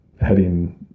heading